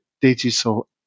digital